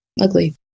ugly